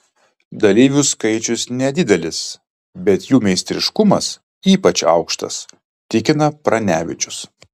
dalyvių skaičius nedidelis bet jų meistriškumas ypač aukštas tikina pranevičius